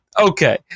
okay